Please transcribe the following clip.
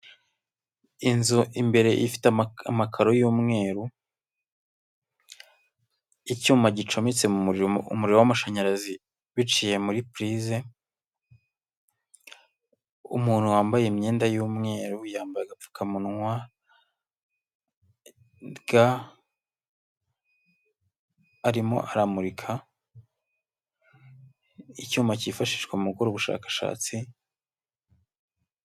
Inzu imbere ifite amakaro y'umweru, icyuma gicometse mu muriro w'amashanyarazi biciye muri purize, umuntu wambaye imyenda y'umweru yambaye apfukamunwa, arimo aramurika, icyuma cyifashishwa mu gukora ubushakashatsi.